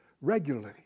regularly